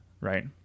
Right